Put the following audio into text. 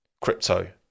crypto